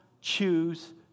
choose